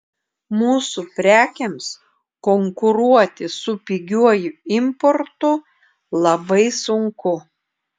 mūsų prekėms konkuruoti su pigiuoju importu labai sunku